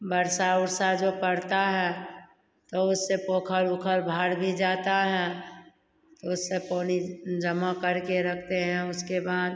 वर्षा उर्षा जो पड़ता है तो उससे पोखर उखर भर भी जाता है तो उससे पानी जमा कर के रखते हैं उसके बाद